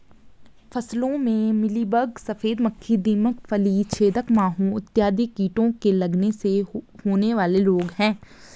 फसलों में मिलीबग, सफेद मक्खी, दीमक, फली छेदक माहू इत्यादि कीटों के लगने से होने वाले रोग हैं